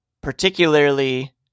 particularly